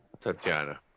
Tatiana